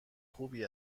خوبی